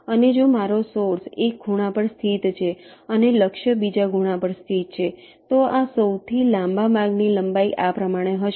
અને જો મારો સોર્સ એક ખૂણા પર સ્થિત છે અને લક્ષ્ય બીજા ખૂણા પર સ્થિત છે તો આ સૌથી લાંબા માર્ગની લંબાઈ આ પ્રમાણે હશે